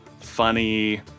funny